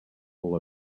full